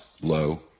low